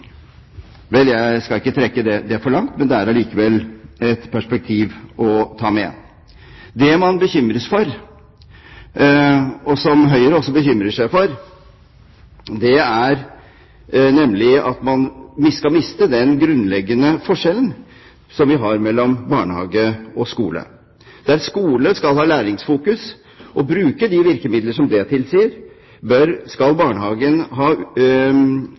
Vel, jeg skal ikke trekke det for langt, men det er allikevel et perspektiv å ta med. Det man bekymres for – og som også Høyre bekymrer seg for – er nemlig at man skal miste den grunnleggende forskjellen vi har mellom barnehage og skole. Der skole skal ha læringsfokus og bruke de virkemidler som det tilsier, skal barnehagen ha